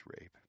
rape